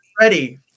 ready